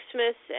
Smith